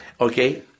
Okay